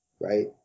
right